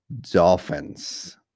Dolphins